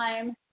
time